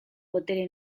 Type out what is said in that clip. botere